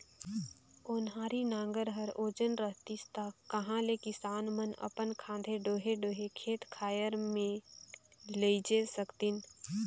ओन्हारी नांगर हर ओजन रहतिस ता कहा ले किसान मन अपन खांधे डोहे डोहे खेत खाएर मे लेइजे सकतिन